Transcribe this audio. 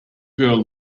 girl